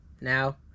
Now